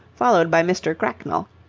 followed by mr. cracknell,